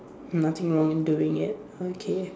nothing wrong in doing it okay